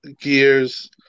gears